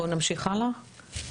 בואו נמשיך הלאה.